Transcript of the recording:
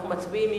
אנחנו מצביעים.